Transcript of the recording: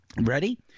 Ready